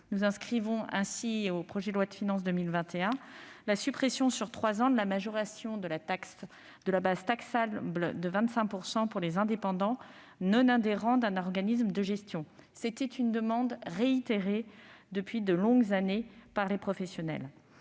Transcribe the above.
Nous inscrivons ainsi au projet de loi de finances pour 2021 la suppression sur trois ans de la majoration de la base taxable de 25 % pour les indépendants non adhérents d'un organisme de gestion. C'était une demande des professionnels,